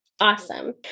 Awesome